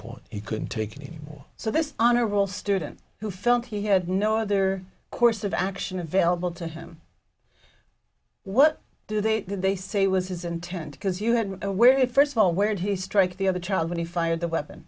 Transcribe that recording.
point he couldn't take anymore so this honor roll student who felt he had no other course of action available to him what do they they say was his intent because you had where he first of all where'd he strike the other child when he fired the weapon